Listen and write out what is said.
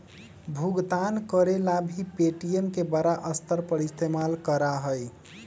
भुगतान करे ला भी पे.टी.एम के बड़ा स्तर पर इस्तेमाल करा हई